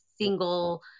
single